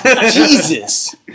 Jesus